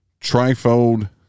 trifold